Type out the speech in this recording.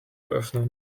öffnen